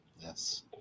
yes